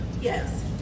Yes